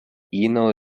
ino